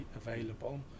available